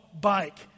bike